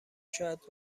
شاید